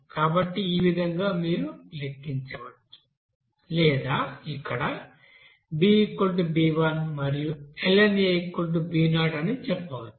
కాబట్టి ఈ విధంగా మీరు లెక్కించవచ్చు లేదా ఇక్కడ bb1 మరియు lna b0 అని చెప్పవచ్చు